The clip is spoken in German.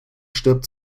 stirbt